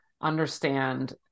understand